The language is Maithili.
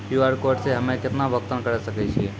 क्यू.आर कोड से हम्मय केतना भुगतान करे सके छियै?